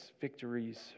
victories